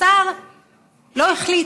השר לא החליט.